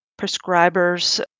prescribers